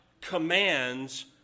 commands